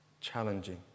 challenging